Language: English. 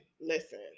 listen